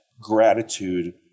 gratitude